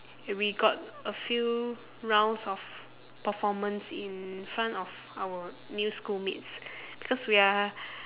we got a few rounds of performance in front of our new schoolmates because we are